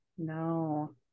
no